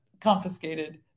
confiscated